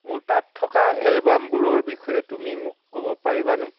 মোৰ তাত থকা এলবামবোৰৰ বিষয়ে তুমি মোক ক'ব পাৰিবানে